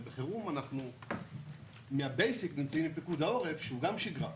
ובחירום אנחנו מהבייסיק נמצאים עם פיקוד העורף שהוא גם שגרה,